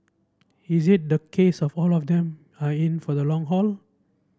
is it the case of all of them are in for the long haul